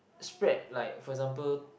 spread like for example